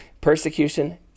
persecution